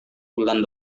bulan